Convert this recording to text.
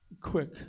Quick